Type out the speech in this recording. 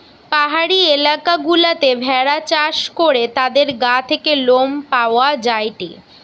পাহাড়ি এলাকা গুলাতে ভেড়া চাষ করে তাদের গা থেকে লোম পাওয়া যায়টে